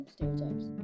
Stereotypes